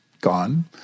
gone